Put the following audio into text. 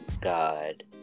God